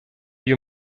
you